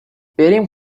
بریم